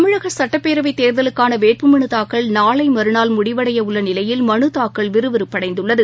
தமிழகசட்டப்பேரவைத் தேர்தலுக்கானவேட்புமனுதாக்கல் நாளைமறுநாள் முடிவடையஉள்ளநிலையில் மனுதாக்கல் விறுவிறுப்படைந்துள்ளது